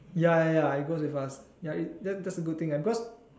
ya ya ya I go to class ya it that's that's a good thing ah cause